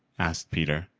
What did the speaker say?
asked peter.